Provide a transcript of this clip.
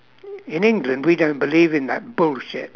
in england we don't believe in that bullshit